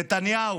נתניהו,